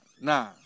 nah